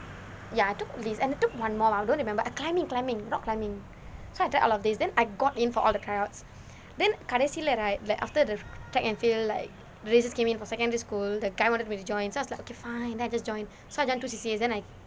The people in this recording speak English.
ya I took these and I took one more lah I don't remember ah climbing climbing rock climbing so I take all of these then I got in for all the tryouts then கடைசிலே:kadaisile right like after the track and field like races came in for secondary school the guy wanted me to join so I was like okay fine I just joined so I joined two C_C_As then I